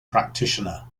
practitioner